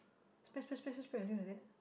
spread spread spread spread until like that